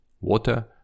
water